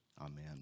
Amen